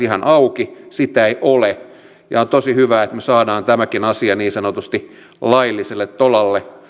ihan auki sitä ei ole on tosi hyvä että me saamme tämänkin asian niin sanotusti lailliselle tolalle